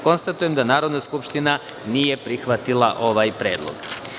Konstatujem da Narodna skupština nije prihvatila ovaj predlog.